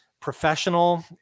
professional